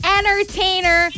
Entertainer